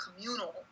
communal